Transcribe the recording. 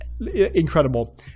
incredible